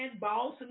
boss